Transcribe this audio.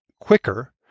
quicker